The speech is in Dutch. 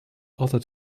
altijd